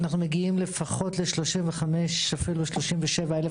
אנחנו מגיעים לפחות ל-37,000 עסקים בשנה.